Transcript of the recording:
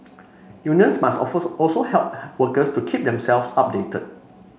unions must also help workers to keep themselves updated